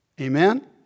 Amen